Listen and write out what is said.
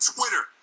Twitter